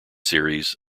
series